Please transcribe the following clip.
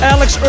Alex